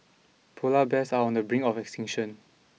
polar bears are on the brink of extinction